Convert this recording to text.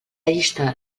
llista